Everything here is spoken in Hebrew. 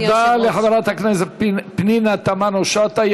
תודה לחברת הכנסת פנינה תמנו-שטה.